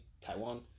Taiwan